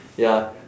ya